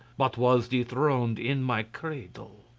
but was dethroned in my cradle.